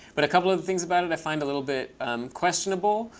but a couple of the things about it i find a little bit questionable,